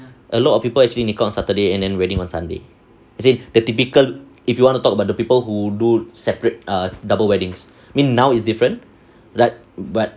a lot of people actually nikah on saturday and then wedding on sunday as in the typical if you want to talk about the people who do separate err double weddings I mean now is different but but